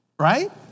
right